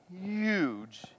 huge